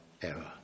Error